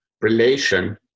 relation